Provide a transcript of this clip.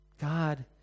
God